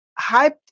hyped